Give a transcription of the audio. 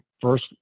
first